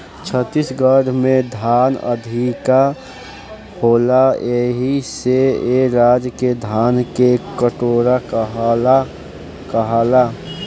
छत्तीसगढ़ में धान अधिका होला एही से ए राज्य के धान के कटोरा कहाला